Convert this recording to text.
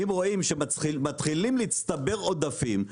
אם רואים שמתחילים להצטבר עודפים,